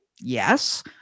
Yes